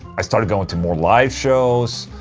i started going to more live shows.